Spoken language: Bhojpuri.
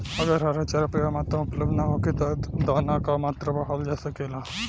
अगर हरा चारा पर्याप्त मात्रा में उपलब्ध ना होखे त का दाना क मात्रा बढ़ावल जा सकेला?